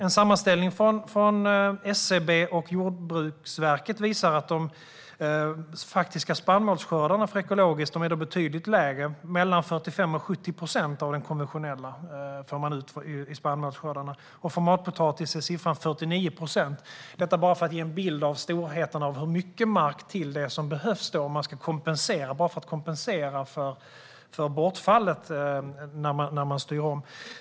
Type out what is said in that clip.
En sammanställning från SCB och Jordbruksverket visar att de faktiska ekologiska spannmålsskördarna är betydligt lägre; man får ut mellan 45 och 70 procent jämfört med de konventionella spannmålsskördarna. För matpotatis är siffran 49 procent. Detta ger en bild av hur mycket mark till som behövs för att kompensera för bortfallet när man styr om.